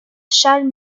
charles